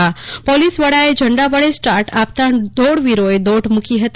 police વડાએ ઝંડા વડે સ્ટાર્ટ આપતાં દોડવીરોએ દોટ મૂકી હતી